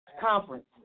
conference